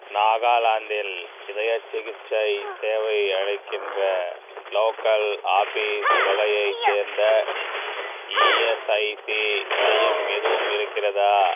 நாகாலாந்தில் இதய சிகிச்சை சேவை அளிக்கின்ற லோக்கல் ஆஃபீஸ் வகையை சேர்ந்த இஎஸ்ஐசி மையம் எதுவும் இருக்கிறதா